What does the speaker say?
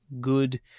good